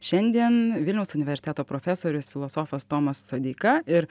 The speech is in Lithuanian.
šiandien vilniaus universiteto profesorius filosofas tomas sodeika ir